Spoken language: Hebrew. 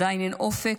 עדיין אין אופק,